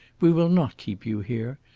we will not keep you here.